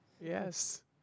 Yes